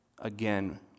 Again